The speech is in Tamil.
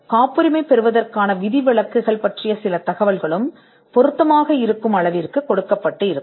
காப்புரிமை பெறுவதற்கான விதிவிலக்குகள் பற்றிய சில தகவல்களும் அவை பொருத்தமான அளவிற்கு இருக்கும்